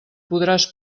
podràs